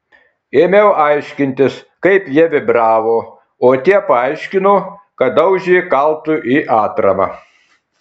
ėmiau aiškintis kaip jie vibravo o tie paaiškino kad daužė kaltu į atramą